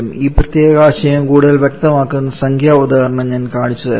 ഈ പ്രത്യേക ആശയം കൂടുതൽ വ്യക്തമാക്കുന്ന സംഖ്യാ ഉദാഹരണം ഞാൻ കാണിച്ചുതരാം